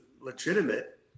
legitimate